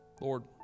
Lord